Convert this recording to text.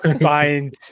buying